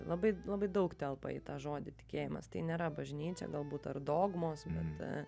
labai labai daug telpa į tą žodį tikėjimas tai nėra bažnyčia gal būt ar dogmos minta